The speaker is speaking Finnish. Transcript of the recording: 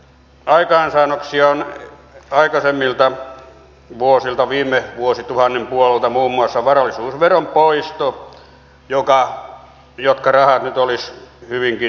heidän aikaansaannoksiaan aikaisemmilta vuosilta viime vuosituhannen puolelta on muun muassa varallisuusveron poisto jotka rahat nyt olisivat hyvinkin tarpeellisia